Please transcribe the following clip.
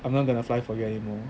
I'm not going to fly for you anymore